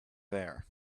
there